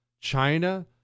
China